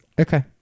Okay